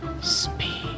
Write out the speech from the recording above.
speed